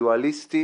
אינדיבידואליסטי